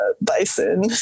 bison